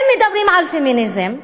אם מדברים על פמיניזם,